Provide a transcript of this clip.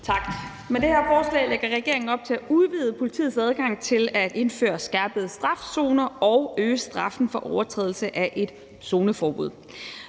Tak. Med det her forslag lægger regeringen op til at udvide politiets adgang til at indføre skærpede strafzoner og øge straffen for overtrædelse af et zoneforbud.